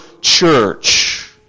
church